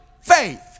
faith